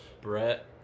Brett